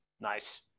Nice